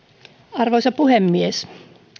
arvoisa puhemies